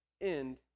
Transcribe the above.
end